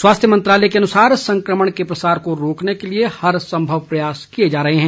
स्वास्थ्य मंत्रालय के अनुसार संक्रमण के प्रसार को रोकने के लिए हर संभव प्रयास किए जा रहे हैं